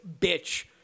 bitch